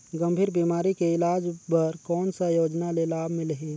गंभीर बीमारी के इलाज बर कौन सा योजना ले लाभ मिलही?